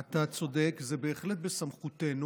אתה צודק, זה בהחלט בסמכותנו.